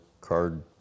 card